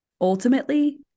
Ultimately